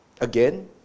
Again